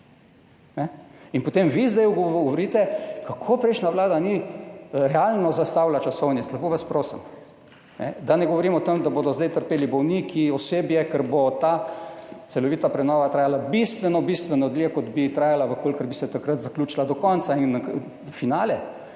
in potem vi zdaj govorite, kako prejšnja vlada ni realno zastavila časovnic. Lepo vas prosim. Da ne govorim o tem, da bodo zdaj trpeli bolniki, osebje, ker bo ta celovita prenova trajala bistveno, bistveno dlje, kot bi trajala, če bi se takrat zaključila do konca. In finale,